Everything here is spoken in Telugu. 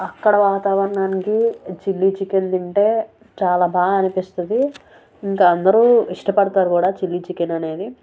అక్కడ వాతావరణానికి చిల్లి చికెన్ తింటే చాలా బాగా అనిపిస్తుంది ఇంకా అందరూ ఇష్టపడతారు కూడా చిల్లి చికెన్ అనేది